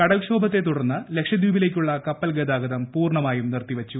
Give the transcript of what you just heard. കടൽ ക്ഷോഭത്തെ തുടർന്ന് ലക്ഷദ്വീപിലേക്കുള്ള കപ്പൽ ഗതാഗതം പൂർണ്ണമായും നിർത്തി വച്ചു